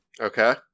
Okay